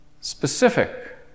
specific